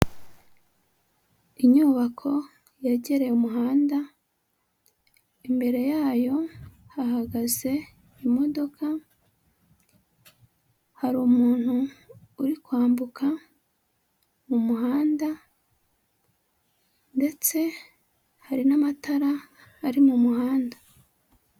Inyubako yegereye umuhanda, imbere yayo hahagaze imodoka, hari umuntu uri kwambuka mu umuhanda ndetse hari n'amatara ari mu muhanda.